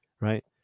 right